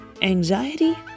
Anxiety